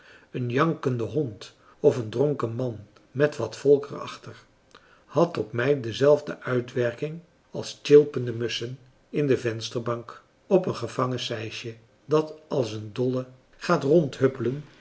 een jankende hond of een dronken man met wat volk er achter had op mij dezelfde uitwerking als tjilpende musschen in de vensterbank op een gevangen sijsje dat als een dolle gaat